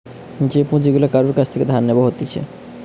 যে পুঁজি গুলা কারুর কাছ থেকে ধার নেব হতিছে